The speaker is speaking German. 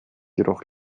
jedoch